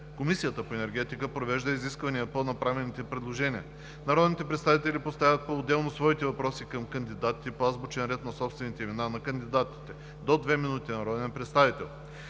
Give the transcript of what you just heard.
Комисията по енергетика провежда разисквания по направените предложения. Народните представители поставят поотделно своите въпроси към кандидатите по азбучен ред на собствените имена на кандидатите – до две минути на народен представител.